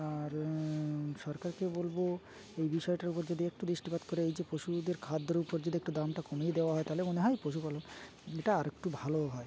আর সরকারকে বলব এই বিষয়টার উপর যদি একটু দৃষ্টিপাত করে এই যে পশুদের খাদ্যের উপর যদি একটু দামটা কমিয়েই দেওয়া হয় তাহলে মনে হয় পশুপালন এটা আরকটু ভালো হয়